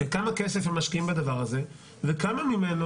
כמה כסף הם משקיעים בדבר הזה וכמה ממנו